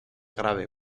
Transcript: grave